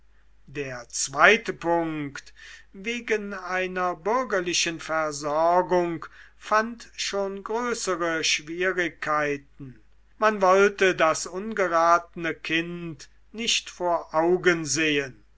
der zweite punkt wegen einer bürgerlichen versorgung fand schon größere schwierigkeiten man wollte das ungeratene kind nicht vor augen sehen